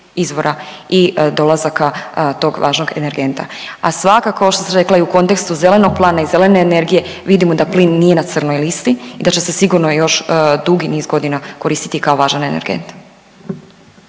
izvora i dolazaka tog važnog energenta. A svakako ovo što sam rekla i u kontekstu zelenog plana i zelene energije vidimo da plin nije na crnoj listi i da će se sigurno još dugi niz godina koristiti kao važan energent.